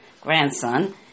grandson